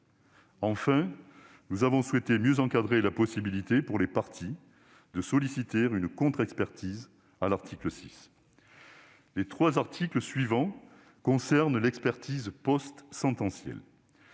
6, nous avons souhaité mieux encadrer la possibilité pour les parties de solliciter une contre-expertise. Les trois articles suivants ont trait à l'expertise postsentencielle.